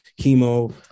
chemo